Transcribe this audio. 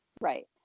right